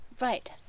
Right